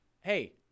hey